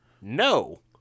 No